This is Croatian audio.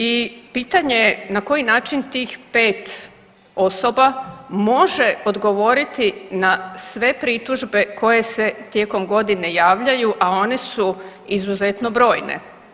I pitanje na koji način tih pet osoba može odgovoriti na sve pritužbe koje se tijekom godine javljaju a one su izuzetno brojne.